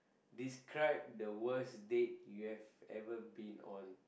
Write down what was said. describe the worst date you've ever been on